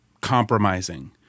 compromising